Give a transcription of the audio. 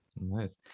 nice